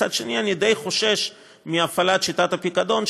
ומצד שני אני די חושש מהפעלת שיטת הפיקדון,